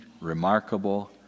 remarkable